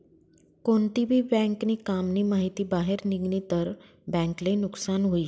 कोणती भी बँक नी काम नी माहिती बाहेर निगनी तर बँक ले नुकसान हुई